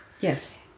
Yes